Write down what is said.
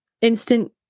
instant